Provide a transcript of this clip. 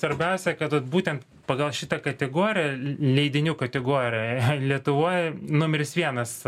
svarbiausia kad vat būtent pagal šitą kategoriją leidinių kategoriją lietuvoj numeris vienas